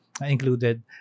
included